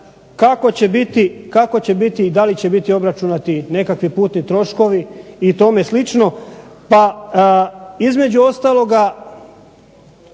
kako će biti i da li će biti obračunati nekakvi putni troškovi i tome slično. Pa između ostaloga